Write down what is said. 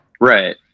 Right